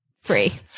free